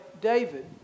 David